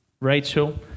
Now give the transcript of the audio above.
Rachel